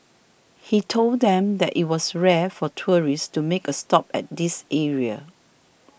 he told them that it was rare for tourists to make a stop at this area